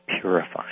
purifying